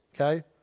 okay